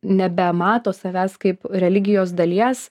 nebemato savęs kaip religijos dalies